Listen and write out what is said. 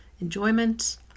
enjoyment